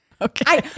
Okay